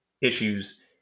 issues